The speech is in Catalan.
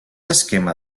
esquema